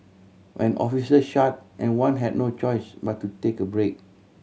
when officer shut and one had no choice but to take a break